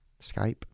Skype